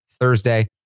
Thursday